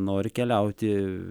nori keliauti